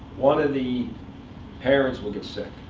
one of the parents will get sick.